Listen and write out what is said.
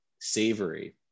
savory